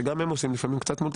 שלפעמים עם עושים מולטי-טסקינג,